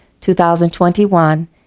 2021